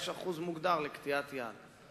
יש אחוז מוגדר לקטיעת יד.